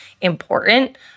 important